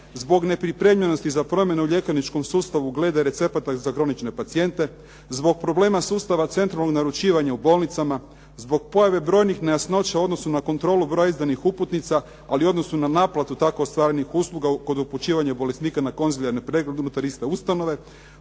zbog nepripremljenosti za promjene u ljekarničkom sustavu glede recepata za kronične pacijente, zbog problema sustava centralnog naručivanja u bolnicama, zbog pojave brojnih nejasnoća u odnosu na kontrolu broja izdanih uputnica, ali u odnosu na naplatu tako ostvarenih usluga kod upućivanja bolesnika na konzularne preglede unutar iste ustanove